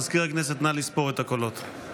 מזכיר הכנסת, נא לספור את הקולות.